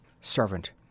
Servant